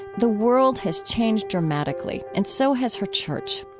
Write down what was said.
the world has changed dramatically and so has her church.